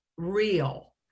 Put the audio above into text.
Real